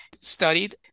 studied